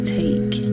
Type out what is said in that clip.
take